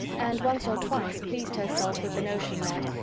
and once or twice pleased herself with the notion that,